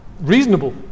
reasonable